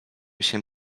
się